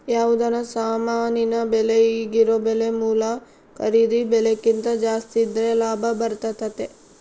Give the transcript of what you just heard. ಯಾವುದನ ಸಾಮಾನಿನ ಬೆಲೆ ಈಗಿರೊ ಬೆಲೆ ಮೂಲ ಖರೀದಿ ಬೆಲೆಕಿಂತ ಜಾಸ್ತಿದ್ರೆ ಲಾಭ ಬರ್ತತತೆ